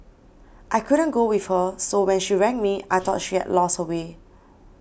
I couldn't go with her so when she rang me I thought she had lost her way